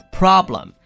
problem